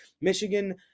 Michigan